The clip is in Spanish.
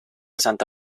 santa